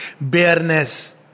bareness